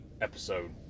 episode